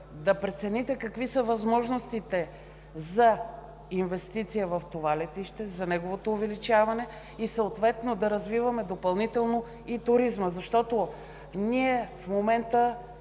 да прецените какви са възможностите за инвестиция в това летище – за неговото увеличаване, и да развиваме допълнително и туризма? В момента,